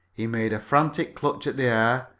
he made a frantic clutch at the air,